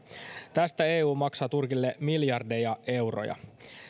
tästä eu maksaa turkille miljardeja euroja